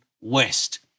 West